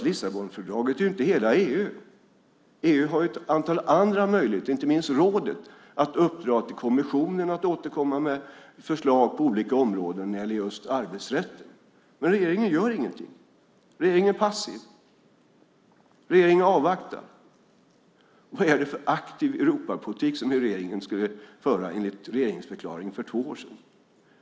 Lissabonfördraget är inte hela EU. EU har ett antal andra möjligheter, och det gäller inte minst rådet, att uppdra till kommissionen att återkomma med förslag på olika områden när det gäller just arbetsrätten. Men regeringen gör ingenting. Regeringen är passiv. Regeringen avvaktar. Vad är det för aktiv Europapolitik som regeringen skulle föra enligt regeringsförklaringen för två år sedan?